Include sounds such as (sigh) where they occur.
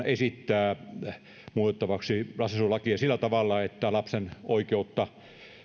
(unintelligible) esittää muutettavaksi lastensuojelulakia sillä tavalla että lapsen oikeutta